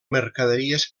mercaderies